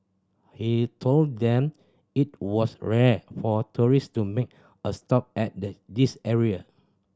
he told them it was rare for tourist to make a stop at the this area